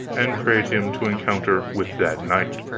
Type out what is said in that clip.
and prayed him to encounter with that knight.